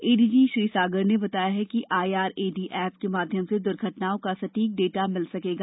ADG Shri Sagar ने बताया कि प्ताक एप के माध्यम से दुर्घटनाओं का सटीक डाटा मिल सकेगा